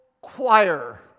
choir